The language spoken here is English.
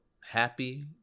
happy